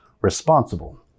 responsible